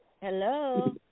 Hello